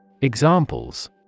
Examples